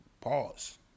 Pause